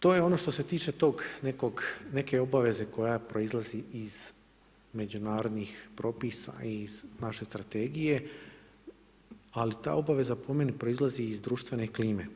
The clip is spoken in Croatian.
To je ono što se tiče te neke obaveze koja proizlazi iz međunarodnih propisa, iz naše strategije ali ta obaveza po meni proizlazi iz društvene klime.